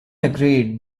agreed